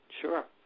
sure